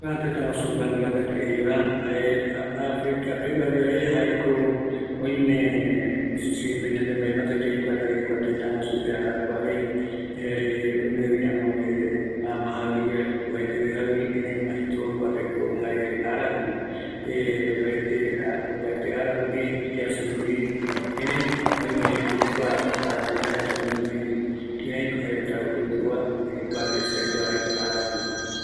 Kua tëtä guasu Banglades jeeva, jaeko africa pegua yave, jaeko oime siempre yande mbaenduatavi, yaikuatavi kua tëtä guajupe arakuavei, erei oimevi jaïvi, jare oajaete yeye jaïvi, erei kuapeko mas que todo araku opaete, opaete ararupi, yasï rupi, erei oime jokua cada tëtä retä kiraiko jaereta oikova, erei kuape se aikuava jaeko araku.